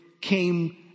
came